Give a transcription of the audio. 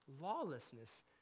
lawlessness